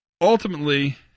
Ultimately